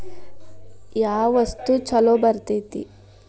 ಯಾವ ವಸ್ತು ಛಲೋ ಬರ್ತೇತಿ?